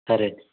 సరే